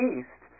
East